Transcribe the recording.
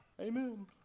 Amen